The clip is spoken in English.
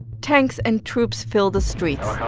tanks and troops fill the streets.